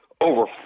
over